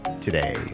today